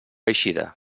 eixida